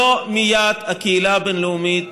לא מייד הקהילה הבין-לאומית